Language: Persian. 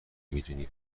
میدونی